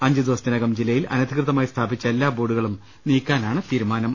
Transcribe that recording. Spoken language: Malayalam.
അഞ്ചു ദിവ സത്തിനകം ജില്ലയിൽ അനധികൃതമായി സ്ഥാപിച്ച എല്ലാ ബോർഡുകളും നീക്കാ നാണ് തീരുമാനം